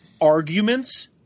arguments